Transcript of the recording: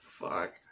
Fuck